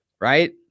right